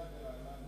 מה עם הבנייה ברעננה?